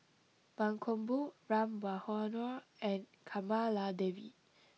Mankombu Ram Manohar and Kamaladevi